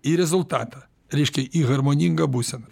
į rezultatą reiškia į harmoningą būseną